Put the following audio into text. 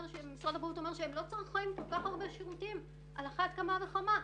שמשרד הבריאות אומר שהם לא צורכים כל כך הרבה שירותים - על אחת כמה וכמה,